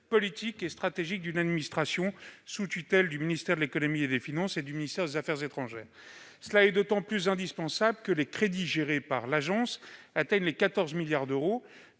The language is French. politique et stratégique d'une administration sous tutelle du ministère de l'économie et des finances et du ministère des affaires étrangères. Cela est d'autant plus indispensable que les crédits gérés par l'AFD atteignent les 14 milliards d'euros.